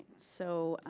so,